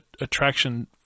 attraction